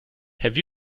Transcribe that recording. have